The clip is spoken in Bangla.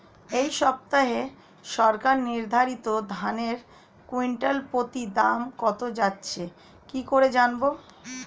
এই সপ্তাহে সরকার নির্ধারিত ধানের কুইন্টাল প্রতি দাম কত যাচ্ছে কি করে জানবো?